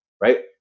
right